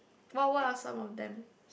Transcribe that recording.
what what are some of them